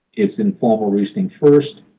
it's informal reasoning first.